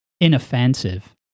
inoffensive